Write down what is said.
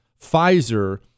Pfizer